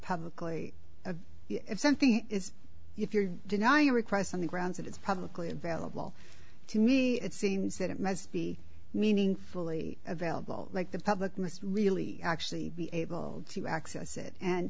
publicly of if something is if you deny requests on the grounds that it's publicly available to me it seems that it must be meaningfully available like the public must really actually be able to access it and